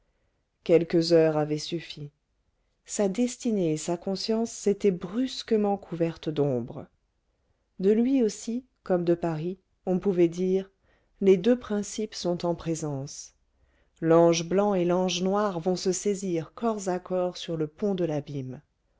quelques heures avaient suffi sa destinée et sa conscience s'étaient brusquement couvertes d'ombre de lui aussi comme de paris on pouvait dire les deux principes sont en présence l'ange blanc et l'ange noir vont se saisir corps à corps sur le pont de